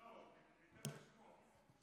לא, הוא, אביר,